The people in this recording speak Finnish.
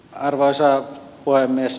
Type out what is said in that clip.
arvoisa puhemies